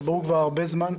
וזה ברור כבר הרבה זמן,